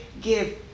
give